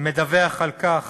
מדווח על כך